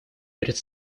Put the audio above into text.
перед